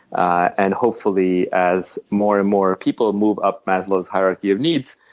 and hopefully, as more and more people move up maslow's hierarchy of needs,